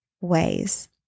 ways